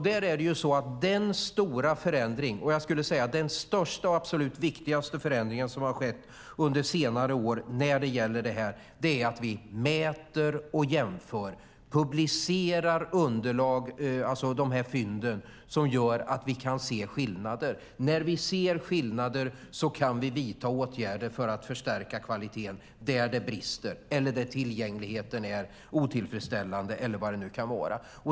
Där är det ju så att den stora förändringen, jag skulle säga den största och absolut viktigaste förändringen som har skett inom sjukvården under senare år, är att vi mäter och jämför. Vi publicerar de här fynden som gör att vi kan se skillnader. När vi ser skillnader kan vi vidta åtgärder för att förstärka kvaliteten där det brister, där tillgängligheten är otillfredsställande eller vad det nu kan vara.